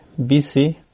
BC